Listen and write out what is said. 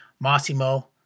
Massimo